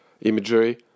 imagery